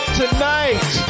tonight